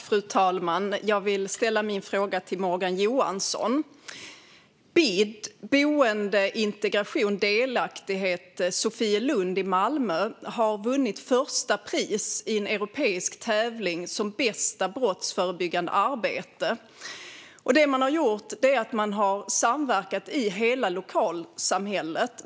Fru talman! Jag vill ställa min fråga till Morgan Johansson. BID i Sofielund i Malmö - boende, integration och delaktighet - har vunnit första pris i en europeisk tävling som bästa brottsförebyggande arbete. Det man har gjort är att man har samverkat i hela lokalsamhället.